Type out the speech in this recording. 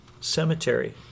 Cemetery